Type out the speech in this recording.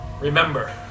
remember